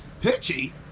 Pitchy